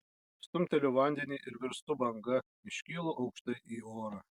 stumteliu vandenį ir virstu banga iškylu aukštai į orą